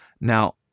Now